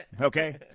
Okay